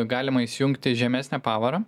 galima įsijungti žemesnę pavarą